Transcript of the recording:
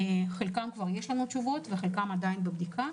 על חלקם יש לנו תשובות וחלקם עדיין בבדיקה,